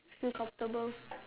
feel comfortable